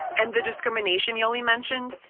and the discrimination yoli mentioned?